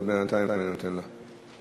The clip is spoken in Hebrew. אבל בינתיים אני נותן לה,